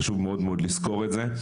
חשוב מאוד מאוד לזכור את זה.